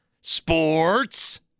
Sports